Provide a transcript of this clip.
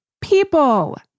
people